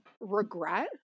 regret